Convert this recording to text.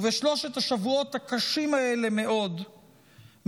ובשלושת השבועות הקשים מאוד האלה מרקם